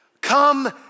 come